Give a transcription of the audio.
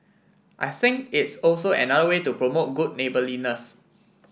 I think it's also another way to promote good neighbourliness